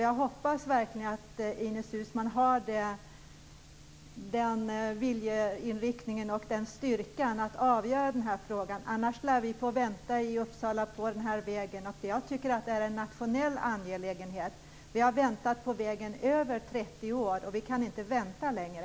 Jag hoppas verkligen att Ines Uusmann har viljan och styrkan att avgöra denna fråga. Om inte lär vi i Uppsala få vänta på denna väg. Jag tycker att det är en nationell angelägenhet. Vi har väntat på vägen i över 30 år, och vi kan inte vänta längre.